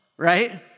right